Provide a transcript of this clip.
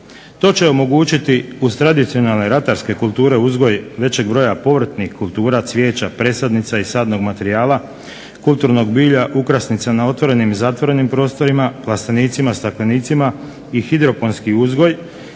To će omogućiti uz tradicionalne ratarske kulture uzgoj većeg broja povrtnih kultura, cvijeća, presadnica i sadnog materijala, kulturnog bilja, ukrasnica na otvorenim i zatvorenim prostorima, plastenicima, staklenicima i …/Govornik se